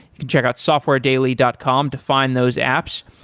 you can check out softwaredaily dot com to find those apps.